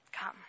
come